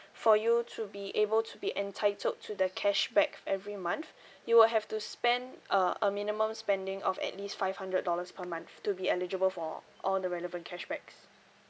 for you to be able to be entitled to the cashback every month you will have to spend uh a minimum spending of at least five hundred dollars per month to be eligible for all the relevant cashbacks